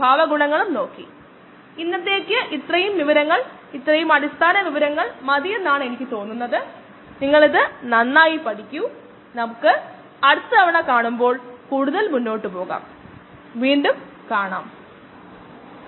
5 മില്ലിമോളറായി കുറയാൻ ഏകദേശം 25 മിനിറ്റ് എടുക്കും 25 മിനിറ്റ് 30 മിനിറ്റിൽ താഴെയാണ് അതിനാൽ 30 മിനിറ്റിനുള്ളിൽ X വിഷാംശം അവശേഷിക്കുകയില്ല